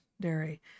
dairy